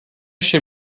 chez